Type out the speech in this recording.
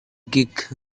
geek